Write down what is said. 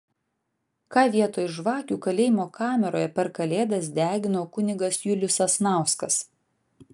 ką vietoj žvakių kalėjimo kameroje per kalėdas degino kunigas julius sasnauskas